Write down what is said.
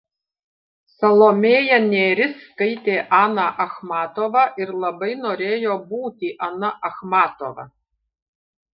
salomėja nėris skaitė aną achmatovą ir labai norėjo būti ana achmatova